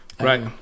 Right